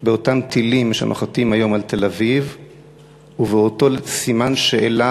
באותם טילים שנוחתים היום על תל-אביב ובאותו סימן שאלה